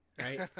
right